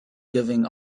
giving